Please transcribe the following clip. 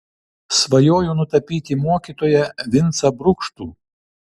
svajoju nutapyti mokytoją vincą brukštų